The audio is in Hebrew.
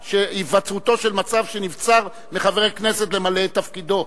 של מצב שנבצר מחבר כנסת למלא את תפקידו.